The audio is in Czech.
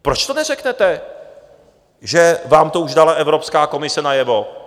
Proč neřeknete, že vám to už dala Evropská komise najevo?